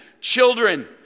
Children